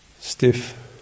stiff